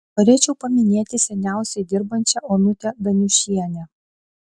norėčiau paminėti seniausiai dirbančią onutę daniušienę